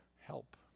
Help